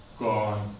gone